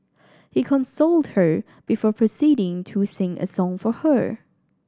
he consoled her before proceeding to sing a song for her